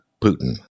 Putin